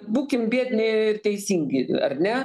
būkim biedni ir teisingi ar ne